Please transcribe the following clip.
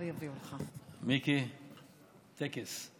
מיקי, טקס.